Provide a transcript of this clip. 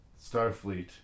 Starfleet